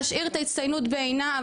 להשאיר את ההצטיינות בעינה,